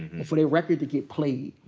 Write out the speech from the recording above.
and for the record to get played.